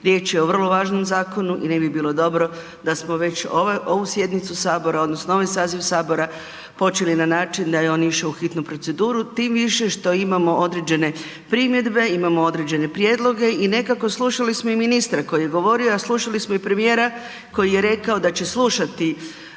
Riječ je o vrlo važnom zakonu i ne bi bilo dobro da smo već ovu sjednicu Sabora odnosno ovaj saziv Sabora počeli da je on išao u hitnu proceduru, tim više što imamo određene primjedbe, imamo određene prijedloge i nekako slušali smo i ministra koji je govorio, a slušali smo i premijera koji je rekao da će slušati